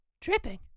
Dripping